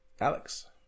Alex